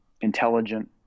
intelligent